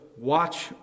watch